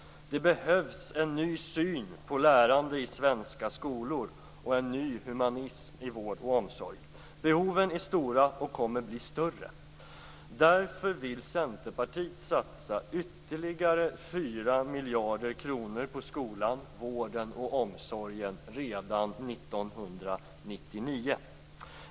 Det behövs en ny syn på lärande i svenska skolor och en ny humanism i vård och omsorg. Behoven är stora och kommer att bli större. Därför vill vi i Centerpartiet satsa ytterligare 4 miljarder kronor på skolan, vården och omsorgen redan 1999.